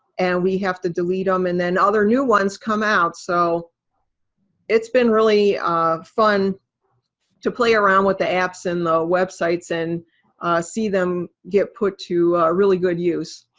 and we have to delete them. um and then other new ones come out, so it's been really fun to play around with the apps and the websites, and see them get put to really good use.